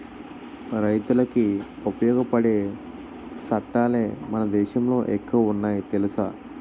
రైతులకి ఉపయోగపడే సట్టాలే మన దేశంలో ఎక్కువ ఉన్నాయి తెలుసా